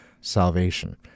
salvation